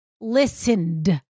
Listened